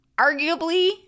arguably